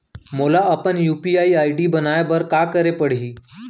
मोला अपन UPI ID बनाए बर का करे पड़ही?